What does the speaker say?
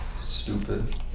stupid